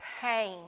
pain